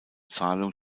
zahlung